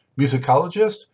musicologist